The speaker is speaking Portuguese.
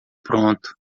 pronto